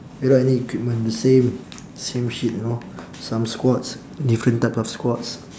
without any equipment the same same shit you know some squats different type of squats